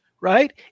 right